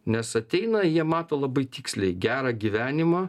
nes ateina jie mato labai tiksliai gerą gyvenimą